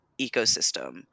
ecosystem